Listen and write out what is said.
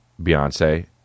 Beyonce